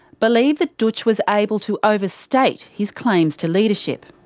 believe that dootch was able to overstate his claims to leadership.